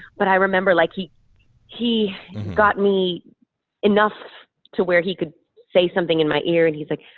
but i remember like he he got me enough to where he could say something in my ear and he's like,